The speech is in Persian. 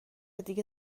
دیگه